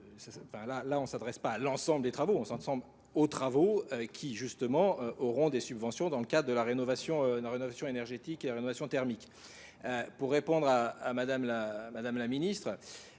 Là, on ne s'adresse pas à l'ensemble des travaux, on s'assemble aux travaux qui, justement, auront des subventions dans le cadre de la rénovation énergétique et la rénovation thermique. Pour répondre à madame la ministre,